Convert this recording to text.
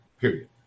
period